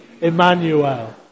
Emmanuel